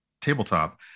tabletop